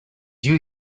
you